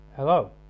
Hello